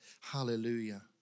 Hallelujah